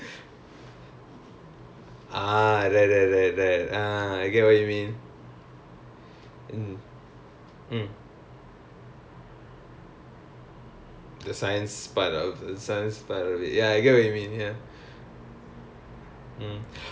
but I'm very good at science ya so even in school last time I took literature and all that right but and but I only scored very well for mathematics sciences only ya eh so same problem